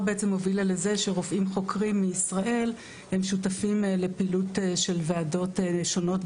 בעצם הובילה לזה שרופאים חוקרים מישראל שותפים לפעילות של ועדות שונות,